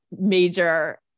major